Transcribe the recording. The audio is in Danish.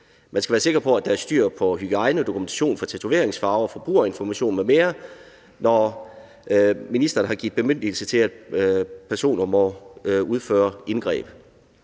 Man skal være sikker på, at der er styr på hygiejnen og dokumentationen for tatoveringsfarver og forbrugerinformation m.m., når ministeren har givet bemyndigelse til, at personer må udføre indgreb.